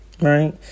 right